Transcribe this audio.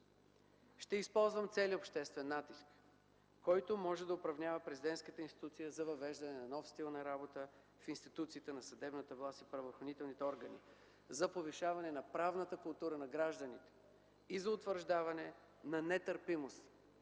Ще използвам целия обществен натиск, който може да упражнява президентската институция, за въвеждане на нов стил на работа в институциите на съдебната власт и правоохранителните органи, за повишаване на правната култура на гражданите и за утвърждаване на нетърпимост